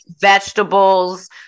vegetables